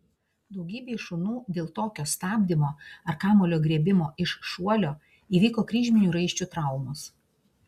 daugybei šunų dėl tokio stabdymo ar kamuolio griebimo iš šuolio įvyko kryžminių raiščių traumos